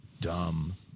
Dumb